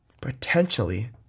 potentially